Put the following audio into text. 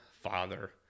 Father